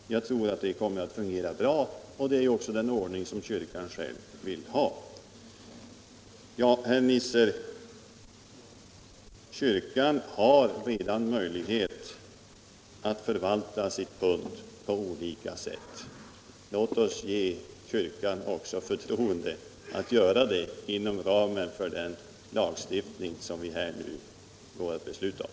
Jag tror att det kommer att fungera bra, och det är också den ordning som kyrkan själv vill ha. Kyrkan har redan möjlighet, herr Nisser, att förvalta sitt pund på olika sätt. Låt oss också ge kyrkan förtroendet att göra det inom ramen för den lagstiftning som vi här nu går att besluta om.